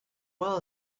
well